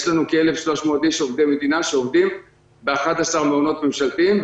יש לנו כ-1,300 איש עובדי מדינה שעובדים ב-11 מעונות ממשלתיים,